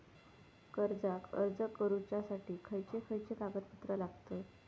कर्जाक अर्ज करुच्यासाठी खयचे खयचे कागदपत्र लागतत